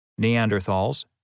neanderthals